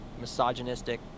misogynistic